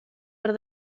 per